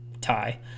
tie